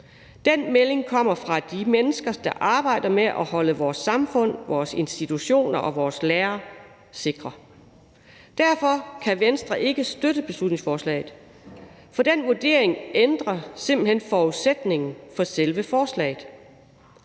Den melding kommer fra de mennesker, der arbejder med at holde vores samfund, vores institutioner og vores lærere sikre. Derfor kan Venstre ikke støtte beslutningsforslaget, for den vurdering ændrer simpelt hen forudsætningen for selve forslaget.